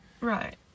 Right